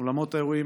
אולמות האירועים.